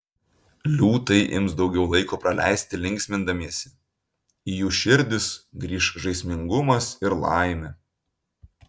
liūtai ims daugiau laiko praleisti linksmindamiesi į jų širdis grįš žaismingumas ir laimė